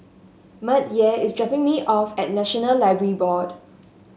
Mattye is dropping me off at National Library Board